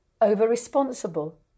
over-responsible